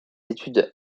études